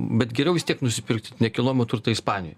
bet geriau vis tiek nusipirkti nekilnojamo turtą ispanijoj